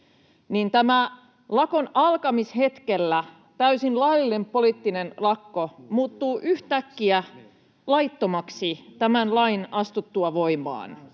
niin tämän lakon alkamishetkellä täysin laillinen poliittinen lakko muuttuu yhtäkkiä laittomaksi tämän lain astuttua voimaan.